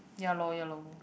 ya loh ya lor